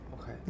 Okay